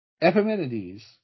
Epimenides